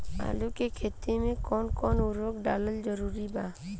आलू के खेती मे कौन कौन उर्वरक डालल जरूरी बा?